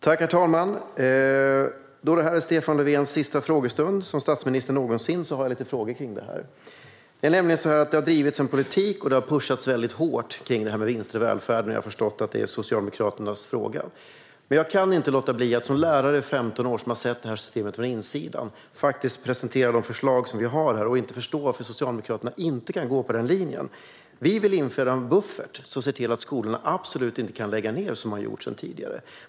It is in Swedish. Herr talman! Nu när det är Stefan Löfvens sista frågestund som statsminister någonsin har jag några frågor. Det har drivits en politik och det har pushats hårt när det gäller vinster i välfärden. Jag har förstått att det är Socialdemokraternas fråga. Som lärare i 15 år har jag sett systemet från insidan, och jag kan inte låta bli att presentera de förslag som vi har. Jag kan inte förstå varför Socialdemokraterna inte kan gå på den linjen. Vi vill införa en buffert för att se till att skolorna inte kan läggas ned, som man tidigare har gjort.